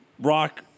rock